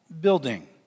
building